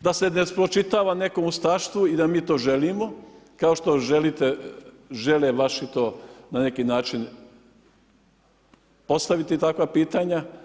da se ne spočitava nekom ustaštvu i da mi to želimo kao što žele vaši to na neki način postaviti takva pitanja.